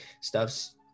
stuff's